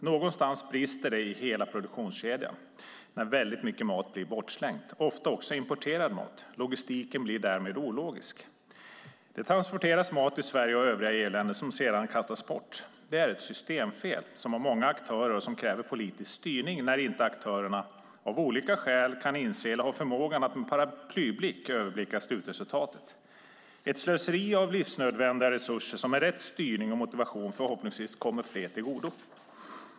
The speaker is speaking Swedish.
Någonstans brister det i hela produktionskedjan när väldigt mycket mat blir bortslängd, ofta också importerad mat. Logistiken blir därmed ologisk. Det transporteras mat i Sverige och övriga EU-länder som sedan kastas bort. Det är ett systemfel som har många aktörer och som kräver politisk styrning när aktörerna av olika skäl inte kan inse eller har förmågan att med paraplyblick överblicka slutresultatet. Det är ett slöseri med livsnödvändiga resurser som med rätt styrning och motivation förhoppningsvis kommer fler till godo.